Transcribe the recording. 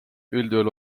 üldjuhul